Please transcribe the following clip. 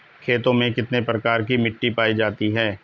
खेतों में कितने प्रकार की मिटी पायी जाती हैं?